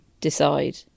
decide